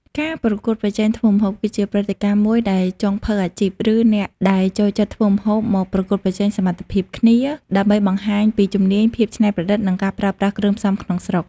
ការប្រកួតប្រជែងធ្វើម្ហូប គឺជាព្រឹត្តិការណ៍មួយដែលចុងភៅអាជីព ឬអ្នកដែលចូលចិត្តធ្វើម្ហូបមកប្រកួតប្រជែងសមត្ថភាពគ្នា ដើម្បីបង្ហាញពីជំនាញ ភាពច្នៃប្រឌិត និងការប្រើប្រាស់គ្រឿងផ្សំក្នុងស្រុក។